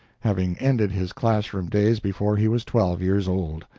having ended his class-room days before he was twelve years old.